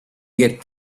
get